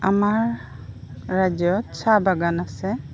আমাৰ ৰাজ্যত চাহ বাগান আছে